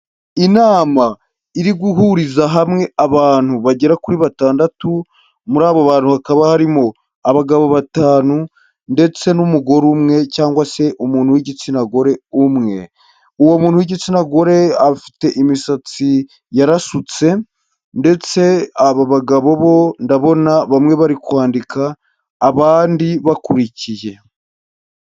Inama iri guhuriza hamwe abantu bagera kuri batandatu, muri abo bantu hakaba harimo abagabo batanu ndetse n'umugore umwe cyangwa se umuntu w'igitsina gore umwe, uwo muntu w'igitsina gore afite imisatsi yarasutse ndetse abo bagabo bo ndabona bamwe bari kwandika, abandi bakurikiye.